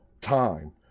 time